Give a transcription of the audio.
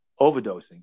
overdosing